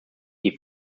die